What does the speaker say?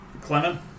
Clement